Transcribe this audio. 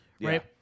right